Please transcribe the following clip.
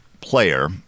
player